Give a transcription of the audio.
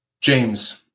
James